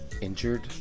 injured